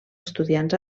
estudiants